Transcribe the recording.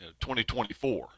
2024